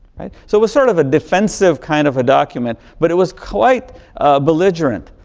right. so, it was sort of a defensive kind of a document, but it was quite belligerent,